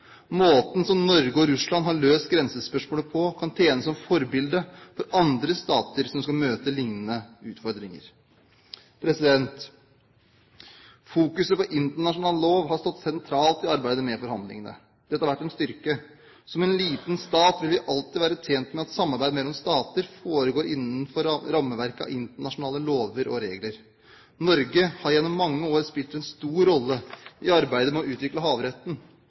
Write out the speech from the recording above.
Norge og Russland har løst grensespørsmålet på, kan tjene som forbilde for andre stater som møter liknende utfordringer. Fokus på internasjonal lov har stått sentralt i arbeidet med forhandlingene. Dette har vært en styrke. Som en liten stat vil vi alltid være tjent med at samarbeidet mellom stater foregår innenfor rammeverket av internasjonale lover og regler. Norge har gjennom mange år spilt en stor rolle i arbeidet med å utvikle havretten.